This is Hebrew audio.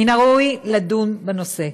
מן הראוי לדון בנושא.